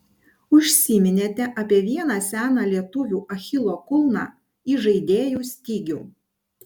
užsiminėte apie vieną seną lietuvių achilo kulną įžaidėjų stygių